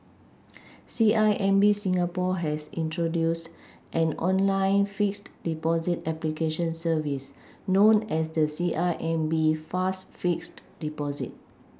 C I M B Singapore has introduced an online fixed Deposit application service known as the C I M B fast fixed Deposit